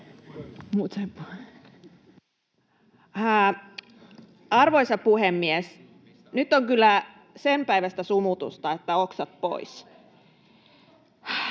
Arvoisa puhemies! Nyt on kyllä senpäiväistä sumutusta, että oksat pois.